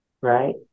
right